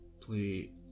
play